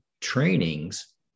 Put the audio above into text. trainings